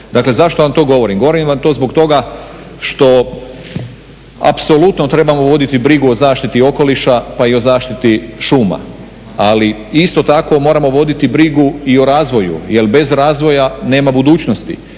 Dakle zašto vam to govorim? Govorim vam to zbog toga što apsolutno trebamo voditi brigu o zaštiti okoliša pa i o zaštiti šuma, ali isto tako moramo voditi brigu i o razvoju jer bez razvoja nema budućnosti.